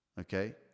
okay